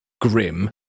grim